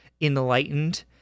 enlightened